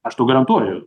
aš tau garantuoju